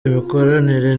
imikoranire